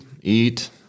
eat